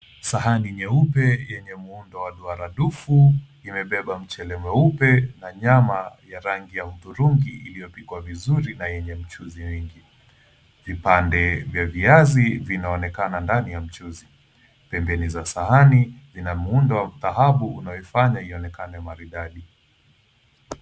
Sahani nyeupe yenye muundo wa duara dufu imebeba mchele mweupe na nyama ya rangi ya hudhurungi iliyopikwa vizuri na yenye mchuuzi mwingi. Vipande vya viazi vinaonekana ndani ya mchuzi. Pembeni za sahani zina muundo wa dhahabu unaoifanya ionekane maridadi.